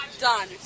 done